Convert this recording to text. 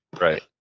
right